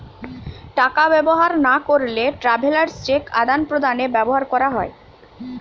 টাকা ব্যবহার না করলে ট্রাভেলার্স চেক আদান প্রদানে ব্যবহার করা হয়